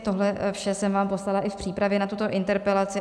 Tohle vše jsem vám poslala i v přípravě na tuto interpelaci.